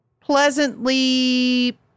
pleasantly